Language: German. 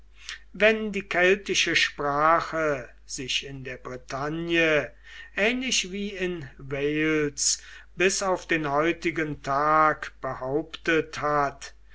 wenn die keltische sprache sich in der bretagne ähnlich wie in wales bis auf den heutigen tag behauptet hat